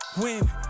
win